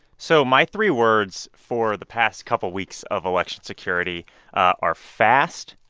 so my three words for the past couple weeks of election security are fast,